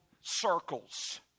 circles